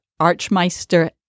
Archmeister